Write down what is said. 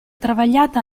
travagliata